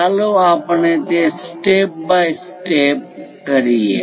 ચાલો આપણે તે સ્ટેપ બાય સ્ટેપ કરીએ